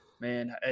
Man